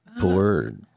poor